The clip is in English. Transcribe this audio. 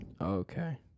Okay